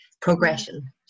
progression